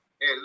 Hey